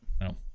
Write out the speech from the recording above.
No